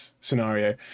scenario